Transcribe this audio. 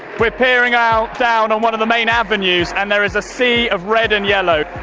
we are peering out down on one of the main avenues and there is a sea of red and yellow.